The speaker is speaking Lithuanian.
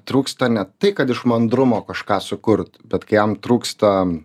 trūksta ne tai kad iš mandrumo kažką sukurt bet kai jam trūksta